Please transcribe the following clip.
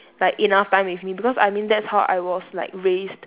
like enough time with me because I mean that's how I was like raised